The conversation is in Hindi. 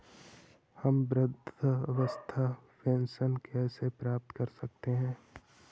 हम वृद्धावस्था पेंशन कैसे प्राप्त कर सकते हैं?